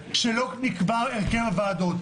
לעובדה שלא נקבע הרכב הוועדות.